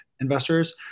investors